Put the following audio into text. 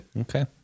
Okay